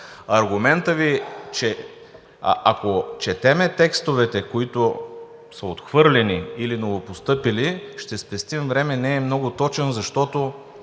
Аргументът Ви, че ако четем текстовете, които са отхвърлени или новопостъпили, ще спестим време, не е много точен, защото,